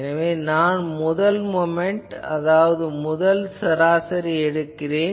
எனவே நான் முதல் மொமென்ட் அதாவது முதல் முறை சராசரி எடுக்கிறேன்